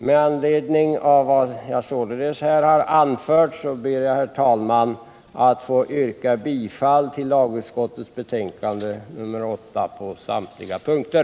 Med anledning av vad jag här har anfört ber jag, herr talman, att få yrka bifall till lagutskottets hemställan i dess betänkande nr 8 på samtliga punkter.